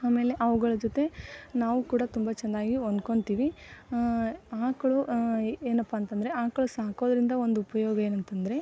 ಆಮೇಲೆ ಅವುಗಳ ಜೊತೆ ನಾವು ಕೂಡ ತುಂಬ ಚೆನ್ನಾಗಿ ಹೊಂದ್ಕೊತಿವಿ ಆಕಳು ಏನಪ್ಪ ಅಂತಂದರೆ ಆಕಳು ಸಾಕೋದರಿಂದ ಒಂದು ಉಪಯೋಗ ಏನಂತಂದರೆ